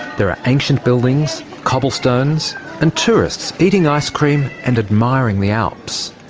there are ancient buildings, cobblestones and tourists eating ice-cream and admiring the alps.